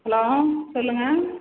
hello சொல்லுங்கள்